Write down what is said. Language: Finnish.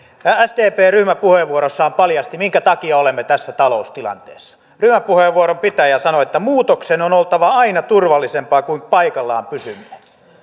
sdp ryhmäpuheenvuorossaan paljasti minkä takia olemme tässä taloustilanteessa ryhmäpuheenvuoron käyttäjä sanoi että muutoksen on oltava aina turvallisempaa kuin paikallaan pysyminen